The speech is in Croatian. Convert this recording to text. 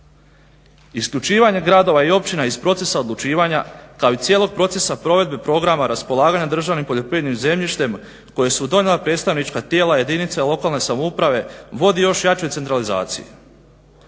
Isključivanje gradova i općina iz procesa odlučivanja kao i cijelog procesa provedbe Programa raspolaganja državnim poljoprivrednim zemljištem koje su donijela predstavnička tijela jedinice lokalne samouprave vodi još jačoj centralizaciji.